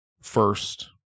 first